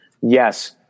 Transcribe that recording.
yes